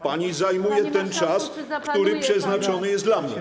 Pani zajmuje ten czas, który przeznaczony jest dla mnie.